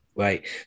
Right